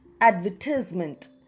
advertisement